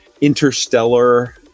interstellar